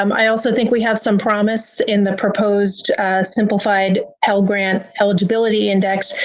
um i also think we have some promise in the proposed simplified pell grant eligibility index,